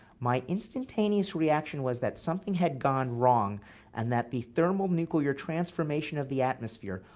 my instantaneous reaction was that something had gone wrong and that the thermonuclear transformation of the atmosphere,